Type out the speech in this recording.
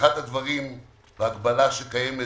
אחד הדברים וההגבלה שקיימת,